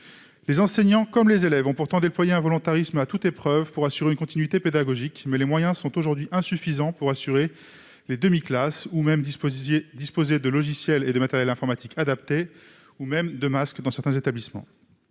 Les enseignants comme les élèves ont pourtant déployé un volontarisme à toute épreuve pour assurer une continuité pédagogique. Mais les moyens sont aujourd'hui insuffisants pour assurer des demi-classes, disposer de logiciels et de matériels informatiques adaptés ou même de masques. Dans ce contexte,